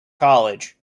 college